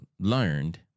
learned